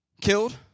killed